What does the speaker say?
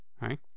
Right